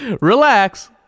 Relax